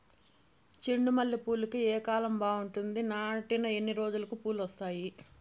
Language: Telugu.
చెండు మల్లె పూలుకి ఏ కాలం బావుంటుంది? నాటిన ఎన్ని రోజులకు పూలు వస్తాయి?